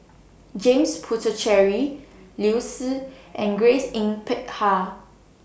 James Puthucheary Liu Si and Grace Yin Peck Ha